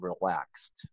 relaxed